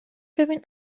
ببین